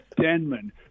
Denman